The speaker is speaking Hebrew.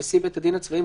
נשיא בית הדין הצבאי,